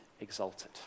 exalted